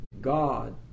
God